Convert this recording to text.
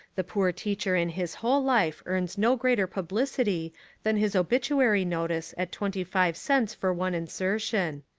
the poor teacher in his whole life earns no greater pub licity than his obituary notice at twenty-five cents for one insertion.